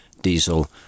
diesel